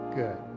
good